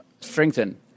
strengthen